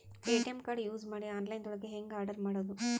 ATM card use ಮಾಡಿ online ದೊಳಗೆ ಹೆಂಗ್ ಆರ್ಡರ್ ಮಾಡುದು?